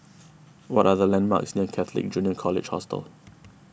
what are the landmarks near Catholic Junior College Hostel